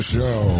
Show